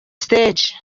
stage